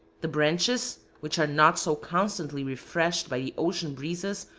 the branches, which are not so constantly refreshed by the ocean breezes,